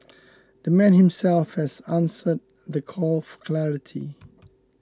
the man himself has answered the call for clarity